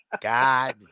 God